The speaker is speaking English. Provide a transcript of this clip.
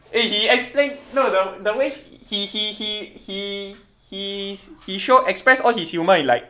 eh he explained no the way he he he he he he show he express all his humor in like